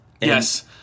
Yes